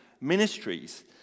ministries